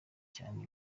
cyane